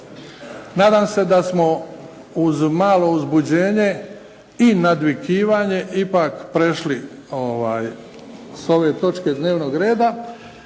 nadam se da smo uz malo uzbuženje i nadvikivanje ipak prešli s ove točke dnevnog reda,